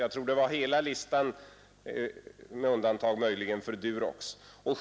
Jag tror det var hela listan med undantag möjligen för Durox.